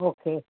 okay